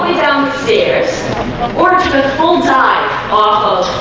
downstairs words with full dive off